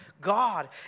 God